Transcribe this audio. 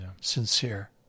Sincere